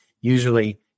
usually